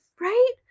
Right